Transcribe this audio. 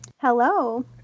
Hello